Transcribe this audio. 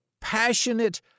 passionate